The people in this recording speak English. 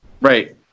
Right